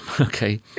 okay